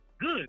Good